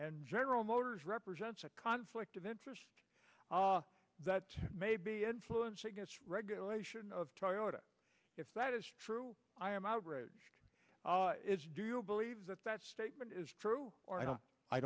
and general motors represents a conflict of interest that may be influencing us regulation of toyota if that is true i am outraged do you believe that that statement is true or i don't i